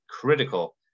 critical